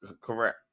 Correct